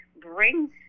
brings